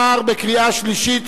עבר בקריאה שלישית,